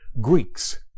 Greeks